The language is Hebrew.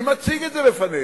מי מציג את זה בפנינו?